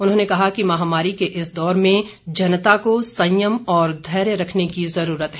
उन्होंने कहा कि महामारी के इस दौर में जनता को संयम और धैर्य रखने की ज़रूरत है